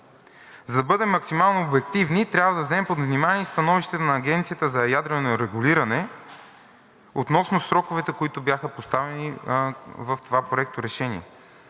За да бъдем максимално обективни, трябва да вземем под внимание и Становището на Агенцията за ядрено регулиране относно сроковете, които бяха поставени в това проекторешение.